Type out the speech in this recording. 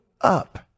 up